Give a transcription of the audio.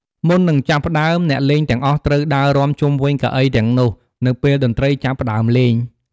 មុននឹងចាប់ផ្តើម អ្នកលេងទាំងអស់ត្រូវដើររាំជុំវិញកៅអីទាំងនោះ នៅពេលតន្ត្រីចាប់ផ្តើមលេង។